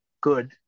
good